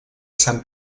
sant